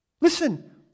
Listen